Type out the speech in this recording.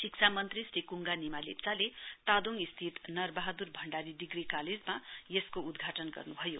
शिक्षा मन्त्री श्री कुङगा निमा लेप्चाले तोदोङ स्थित नरबहादुर भण्डारी डिग्री कालेजमा यसोक उद्घाटन गर्नुभयो